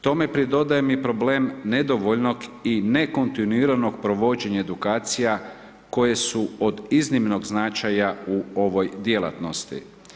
Tome pridodajem i problem nedovoljnog i nekontinuiranog provođenje edukacija koje su od iznimnog značaja u ovoj djelatnosti.